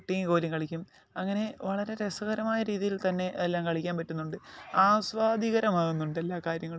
കുട്ടിയും കോലും കളിക്കും അങ്ങനെ വളരെ രസകരമായ രീതിയിൽ തന്നെ എല്ലാം കളിക്കാൻ പറ്റുന്നുണ്ട് ആസ്വാദ്യകരം ആകുന്നുണ്ട് എല്ലാ കാര്യങ്ങളും